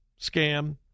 Scam